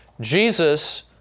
Jesus